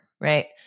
right